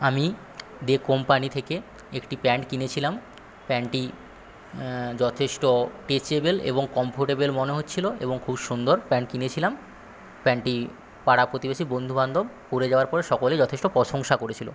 আমি দেব কোম্পানি থেকে একটি প্যান্ট কিনেছিলাম প্যান্টটি যথেষ্ট স্ট্রেচেবেল এবং কম্ফোর্টেবেল মনে হচ্ছিল এবং খুব সুন্দর প্যান্ট কিনেছিলাম প্যান্টটি পাড়া প্রতিবেশী বন্ধুবান্ধব পরে যাওয়ার পরে সকলেই যথেষ্ট প্রশংসা করেছিল